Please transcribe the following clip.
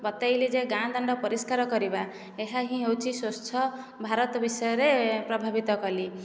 ବତେଇଲି ଯେ ଗାଁ ଦାଣ୍ଡ ପରିଷ୍କାର କରିବା ଏହା ହିଁ ହେଉଛି ସ୍ଵଚ୍ଛ ଭାରତ ବିଷୟରେ ପ୍ରଭାବିତ କଲି